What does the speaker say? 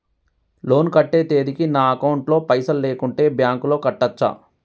Loan కట్టే తేదీకి నా అకౌంట్ లో పైసలు లేకుంటే బ్యాంకులో కట్టచ్చా?